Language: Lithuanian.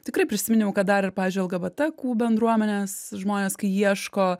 tikrai prisiminiau kad dar ir pavyzdžiui lgbtq bendruomenės žmonės kai ieško